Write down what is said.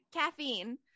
caffeine